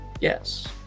Yes